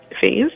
phase